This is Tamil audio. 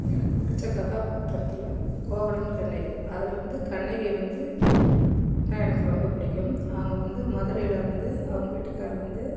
எனக்கு பிடிச்ச கதாபாத்திரத்தில் கோவலன் கண்ணகி அதில் வந்து கண்ணகி வந்து தான் எனக்கு ரொம்ப பிடிக்கும் அவங்க வந்து மதுரையில் வந்து அவங்க வீட்டுக்காரரு வந்து